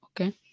okay